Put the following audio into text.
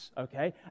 okay